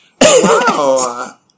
Wow